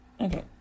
Okay